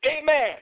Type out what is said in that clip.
amen